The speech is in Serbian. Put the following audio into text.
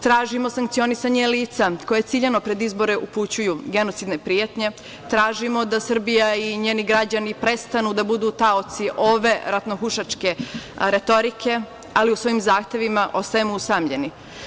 Tražimo sankcionisanje lica koje ciljano pred izbore upućuju genocidne pretnje, tražimo da Srbija i njeni građani prestanu da budu taoci ove ratnohuškaške retorike, ali u svojim zahtevima ostajemo usamljeni.